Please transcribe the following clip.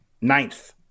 ninth